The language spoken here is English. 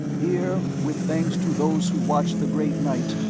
here, with thanks to those who watch the great night,